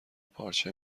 پارچه